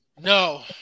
No